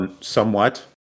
Somewhat